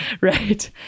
right